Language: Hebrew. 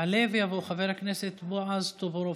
יעלה ויבוא חבר הכנסת בועז טופורובסקי.